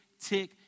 tick